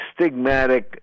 stigmatic